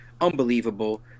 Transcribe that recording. Unbelievable